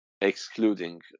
excluding